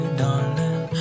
darling